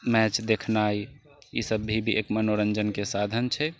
match देखनाय ई सभ भी एक मनोरञ्जनके साधन छै